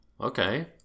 Okay